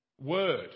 word